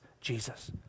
Jesus